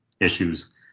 issues